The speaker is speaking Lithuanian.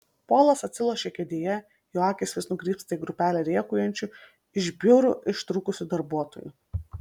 polas atsilošia kėdėje jo akys vis nukrypsta į grupelę rėkaujančių iš biurų ištrūkusių darbuotojų